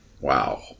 Wow